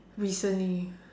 recently